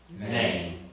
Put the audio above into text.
Name